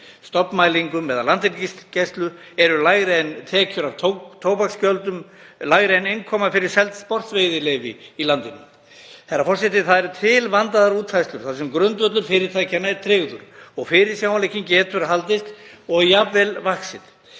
stofnmælingum eða landhelgisgæslu, eru lægri en tekjur af tóbaksgjöldum, lægri en innkoman fyrir seld sportveiðileyfi í landinu. Herra forseti. Það eru til vandaðar útfærslur þar sem grundvöllur fyrirtækjanna er tryggður og fyrirsjáanleikinn getur haldist og jafnvel vaxið.